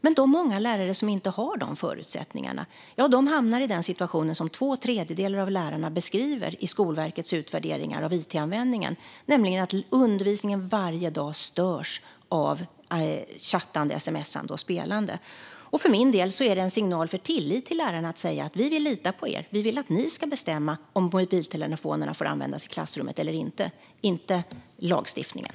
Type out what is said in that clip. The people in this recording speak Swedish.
Men de många lärare som inte har de förutsättningarna hamnar i den situation som två tredjedelar av lärarna beskriver i Skolverkets utvärderingar av it-användningen, nämligen att undervisningen varje dag störs av chattande, sms:ande och spelande. För min del är det en signal om tillit till lärarna att säga: Vi vill lita på er. Vi vill att ni ska bestämma om mobiltelefoner får användas i klassrummet eller inte, inte lagstiftningen.